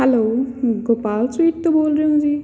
hello Gopal ਸਵੀਸਟ ਤੋਂ ਬੋਲ ਰਹੇ ਹੋ ਜੀ